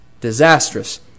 disastrous